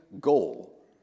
goal